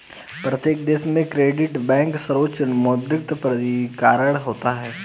प्रत्येक देश में केंद्रीय बैंक सर्वोच्च मौद्रिक प्राधिकरण होता है